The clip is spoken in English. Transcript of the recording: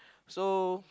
so